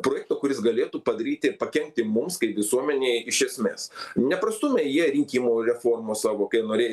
projekto kuris galėtų padaryti pakenkti mums kaip visuomenei iš esmės neprastūmė jie rinkimų reformos savo kai norėjo